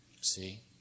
see